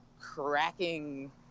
cracking